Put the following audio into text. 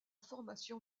formation